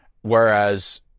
Whereas